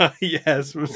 yes